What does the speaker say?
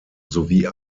sowie